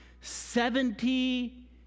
seventy